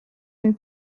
une